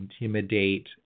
intimidate